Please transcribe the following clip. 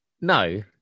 no